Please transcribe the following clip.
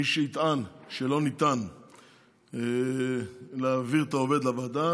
מי שיטען שלא ניתן להעביר את העובד לוועדה